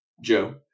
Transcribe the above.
Joe